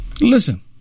Listen